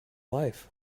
life